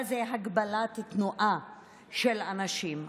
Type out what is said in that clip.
מה זה הגבלת תנועה של אנשים.